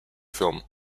film